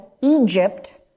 Egypt